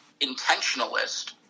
intentionalist